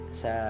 sa